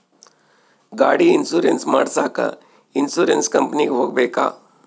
ಗಾಡಿ ಇನ್ಸುರೆನ್ಸ್ ಮಾಡಸಾಕ ಇನ್ಸುರೆನ್ಸ್ ಕಂಪನಿಗೆ ಹೋಗಬೇಕಾ?